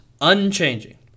unchanging